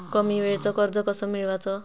कमी वेळचं कर्ज कस मिळवाचं?